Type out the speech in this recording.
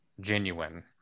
genuine